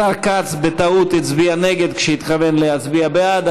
השר כץ בטעות הצביע נגד כשהתכוון להצביע בעד,